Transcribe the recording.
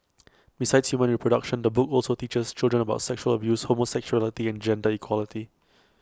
besides human reproduction the book also teaches children about sexual abuse homosexuality and gender equality